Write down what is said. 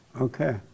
Okay